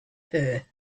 her